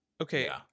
Okay